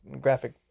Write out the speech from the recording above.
graphic